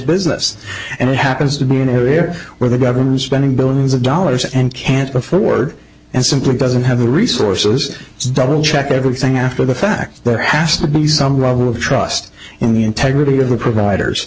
business and it happens to be an area where the government spending billions of dollars and can't afford and simply doesn't have the resources it's double check everything after the fact there has to be some problem of trust in the integrity of the providers